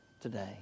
today